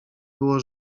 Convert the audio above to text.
było